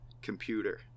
computer